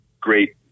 great